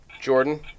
Jordan